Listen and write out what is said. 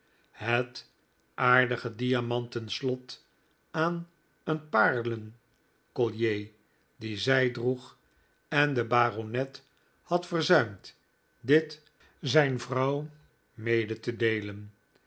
het aardige diamanten slot aan een paarlencollier dien zij droeg en de baronet had verzuimd dit zijn vrouw mede te deelen